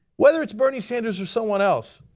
whether it's bernie sanders or someone else,